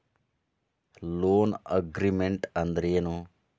Loan agreement ಅಂದ್ರೇನು?